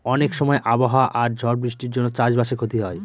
অনেক সময় আবহাওয়া আর ঝড় বৃষ্টির জন্য চাষ বাসে ক্ষতি হয়